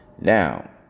Now